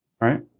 right